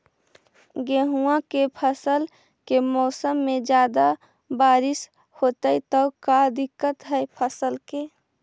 गेहुआ के फसल के मौसम में ज्यादा बारिश होतई त का दिक्कत हैं फसल के?